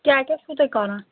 کیٛاہ کیٛاہ چھُو تۄہہِ کران